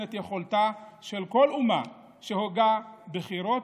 את יכולתה של כל אומה "שהוגה בחירות,